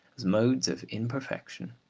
as modes of imperfection.